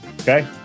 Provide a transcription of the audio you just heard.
okay